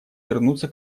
вернуться